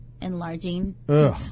enlarging